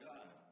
God